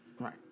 Right